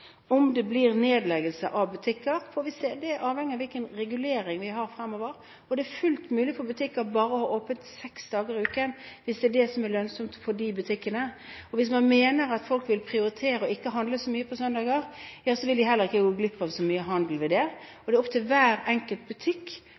Om det blir nedleggelse av butikker, får vi se. Det er avhengig av hvilken regulering vi har fremover. Det er fullt mulig for butikker bare å ha åpent seks dager i uken hvis det er det som er lønnsomt for de butikkene. Hvis man mener at folk vil prioritere ikke å handle så mye på søndager, vil de heller ikke gå glipp av så mye handel ved det.